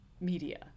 media